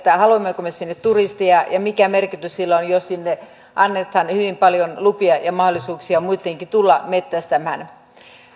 haluammeko me sinne turisteja ja ja mikä merkitys sillä on jos sinne annetaan hyvin paljon lupia ja mahdollisuuksia muittenkin tulla metsästämään